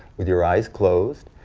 with your eyes closed.